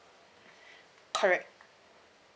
correct